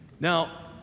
Now